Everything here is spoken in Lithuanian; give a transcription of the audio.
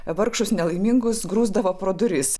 vargšus nelaimingus grūsdavo pro duris